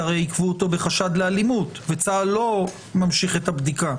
כי הרי עיכבו אותו בחשד לאלימות וצה"ל לא ממשיך את הדביקה,